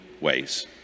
ways